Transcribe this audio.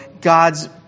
God's